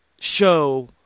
show